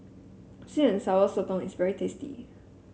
sweet and Sour Sotong is very tasty